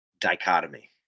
dichotomy